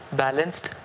balanced